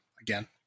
again